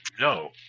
No